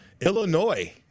Illinois